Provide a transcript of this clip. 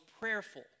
prayerful